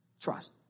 Trust